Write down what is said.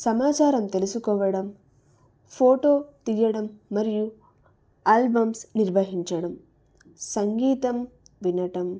సమాచారం తెలుసుకోవడం ఫోటో తీయడం మరియు ఆల్బమ్స్ నిర్వహించడం సంగీతం వినటం